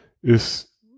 ist